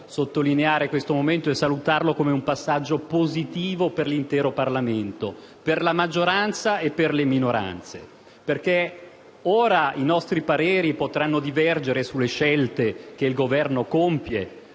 sottolineare questo momento e salutarlo come un passaggio positivo per l'intero Parlamento, per la maggioranza e per le minoranze. Ora i nostri pareri potranno divergere sulla scelte che il Governo compie